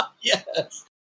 Yes